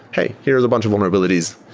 hey, here's a bunch of vulnerabilities.